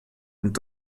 und